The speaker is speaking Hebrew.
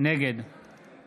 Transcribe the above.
נגד